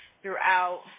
throughout